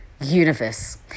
universe